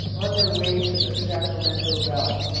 on their way to the sacramento valley.